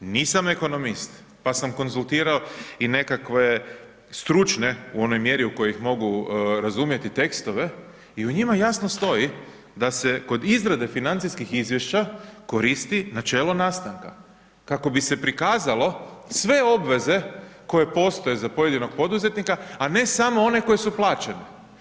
Nisam ekonomist, pa sam konzultirao i nekakve stručne u onoj mjeri u kojoj ih mogu razumjeti, tekstove, i u njima jasno stoji da se kod izrade financijskih izvješća koristi načelo nastanka, kako bi se prikazalo sve obveze koje postoje za pojedinog poduzetnika, a ne samo one koje su plaćene.